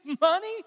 money